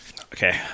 Okay